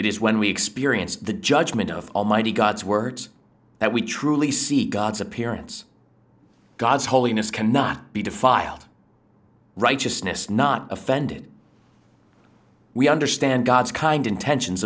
it is when we experience the judgment of almighty god's words that we truly seek god's appearance god's holiness cannot be defiled righteousness not offended we understand god's kind intentions